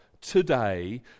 today